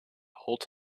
holds